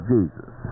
Jesus